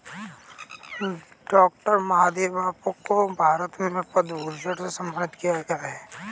doctor Mahadevappa को भारत में पद्म भूषण से सम्मानित किया गया है